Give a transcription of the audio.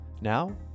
Now